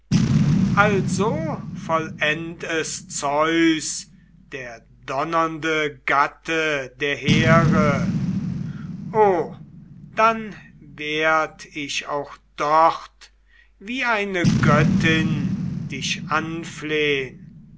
also vollend es zeus der donnernde gatte der here o dann werd ich auch dort wie eine göttin dich anflehn